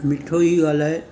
मिठो ई ॻाल्हाए